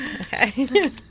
Okay